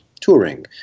touring